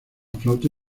flauta